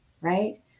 right